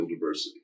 diversity